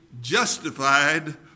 justified